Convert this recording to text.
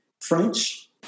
French